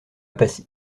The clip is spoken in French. passy